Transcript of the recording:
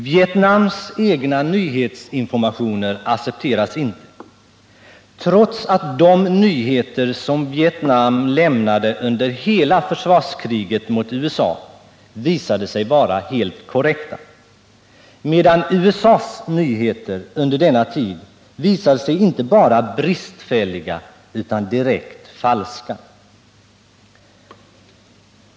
Vietnams egna nyhetsinformationer accepteras inte, trots att de nyheter som Vietnam lämnade under hela försvarskriget mot USA visade sig vara helt korrekta, medan USA:s nyheter under denna tid visade sig vara inte bara bristfälliga utan direkt falska.